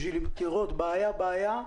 תנסה לראות בעיה בעיה,